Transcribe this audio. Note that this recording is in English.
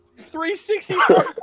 360